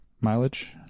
mileage